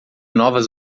novas